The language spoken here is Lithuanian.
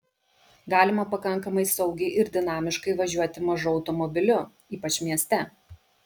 galima pakankamai saugiai ir dinamiškai važiuoti mažu automobiliu ypač mieste